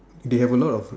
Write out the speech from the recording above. they a lot of